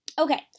Okay